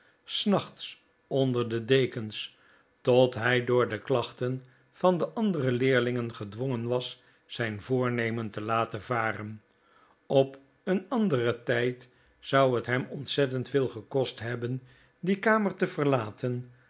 s nachts onder de dekens tot hij door de klachten van de andere ieerlingen gedwongen was zijn voornemen te laten varen op een anderen tijd zou het hem ontzettend veel gekost hebben die kamer te verlaten